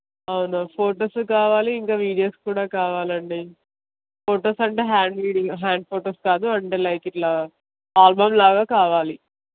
అవునా ఫోటోసూ కావాలి ఇంక వీడియోస్ కూడా కావాలండి ఫోటోస్ అంటే హ్యాండ్ వీడియో హ్యాండ్ ఫోటోస్ కాదు అండ్ లైక్ ఇట్లా ఆల్బమ్లాగా కావాలి